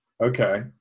Okay